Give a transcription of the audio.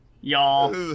y'all